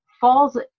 falls